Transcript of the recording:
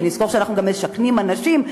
שנזכור שאנחנו גם משכנים אנשים,